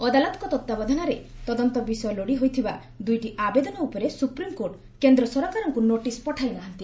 ଅଦାଲତଙ୍କ ତତ୍ତ୍ୱାବଧାନରେ ତଦନ୍ତ ବିଷୟ ଲୋଡି ହୋଇଥିବା ଦୁଇଟି ଆବେଦନ ଉପରେ ସୁପ୍ରିମକୋର୍ଟ କେନ୍ଦ୍ର ସରକାରଙ୍କୁ ନୋଟିସ୍ ପଠାଇ ନାହାଁନ୍ତି